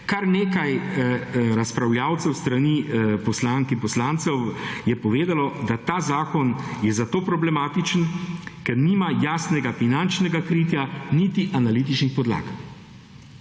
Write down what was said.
kar nekaj razpravljalcev s strani poslank in poslancev je povedalo, da ta zakon je zato problematičen, ker nima jasnega finančnega kritja niti analitičnih podlag.